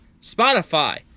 Spotify